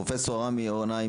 פרופ' עמי אהרונהיים,